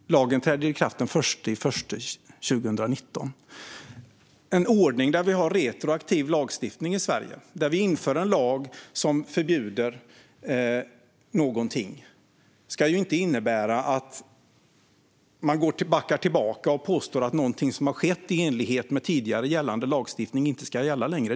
Fru talman! Lagen träder i kraft den 1 januari 2019. Att göra som föreslås skulle innebära en ordning där vi har retroaktiv lagstiftning i Sverige och inför en lag som förbjuder någonting. En lagstiftning ska inte innebära att man backar tillbaka och påstår att någonting som har skett i enlighet med tidigare gällande lagstiftning inte ska gälla längre.